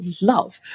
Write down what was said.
love